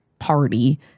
party